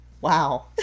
Wow